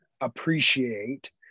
appreciate